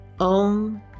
OM